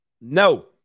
No